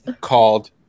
called